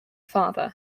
father